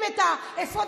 שלהם.